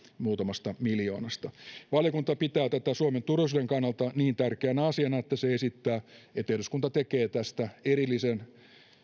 muutamasta miljoonasta valiokunta pitää tätä suomen turvallisuuden kannalta niin tärkeänä asiana että se esittää että eduskunta tekee tästä erillisen